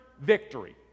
victory